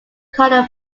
color